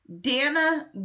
Dana